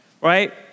right